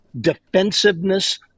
defensiveness